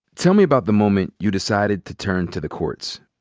tell me about the moment you decided to turn to the courts.